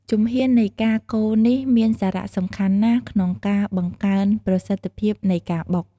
ជំហាននៃការកូរនេះមានសារៈសំខាន់ណាស់ក្នុងការបង្កើនប្រសិទ្ធភាពនៃការបុក។